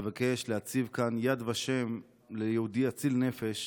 מבקש להציב כאן יד ושם ליהודי אציל נפש,